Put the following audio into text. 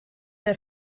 der